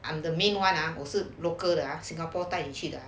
and the main [one] ah 我是 local 的 ah singapore 带你去的